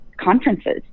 conferences